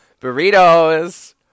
burritos